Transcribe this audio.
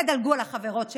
תדלגו על החברות שלכן,